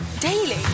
Daily